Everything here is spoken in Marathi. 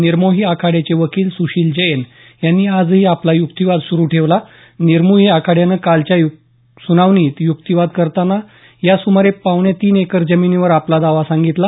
निर्मोही आखाड्याचे वकील सुशील जैन यांनी आजही आपला युक्तिवाद सुरू ठेवला आहे निर्मोही आखाड्यानं कालच्या सुनावणीत युक्तिवाद करताना या सुमारे पावणे तीन एकर जमीनीवर आपला दावा सांगितला